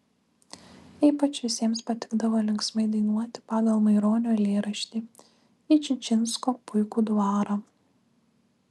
ypač visiems patikdavo linksmai dainuoti pagal maironio eilėraštį į čičinsko puikų dvarą